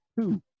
two